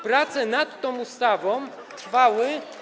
Prace nad tą ustawą trwały.